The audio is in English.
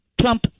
Trump